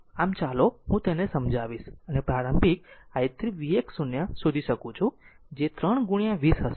આમ આમ ચાલો હું તેને સમજાવીશ અને પ્રારંભિક i 3 v x 0 શોધી શકું જે 3 20 હશે